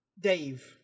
Dave